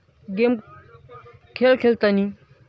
game खेळ खेळताना